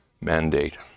mandate